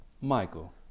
Michael